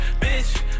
bitch